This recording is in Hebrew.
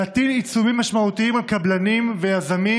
להטיל עיצומים משמעותיים על קבלנים ויזמים: